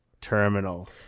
terminal